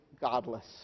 godless